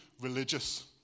religious